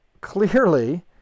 clearly